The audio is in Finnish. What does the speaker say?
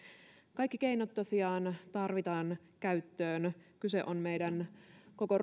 kaikki keinot tosiaan tarvitaan käyttöön kyse on meidän koko